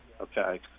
Okay